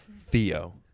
Theo